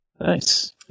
Nice